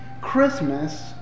Christmas